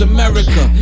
America